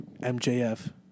MJF